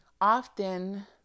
often